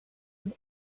was